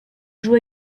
joue